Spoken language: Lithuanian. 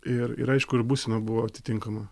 ir ir aišku ir būsena buvo atitinkama